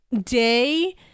day